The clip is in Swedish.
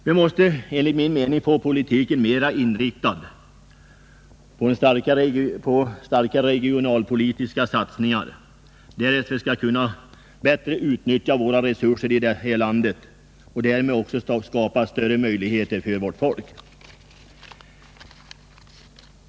Vi måste enligt min mening få politiken mera inriktad på starka regionalpolitiska satsningar om vi skall kunna bättre utnyttja våra resurser och därmed skapa större jämlikhet för vårt folk.